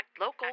Local